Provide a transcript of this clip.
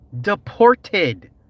Deported